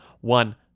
one